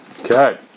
Okay